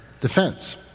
defense